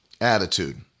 attitude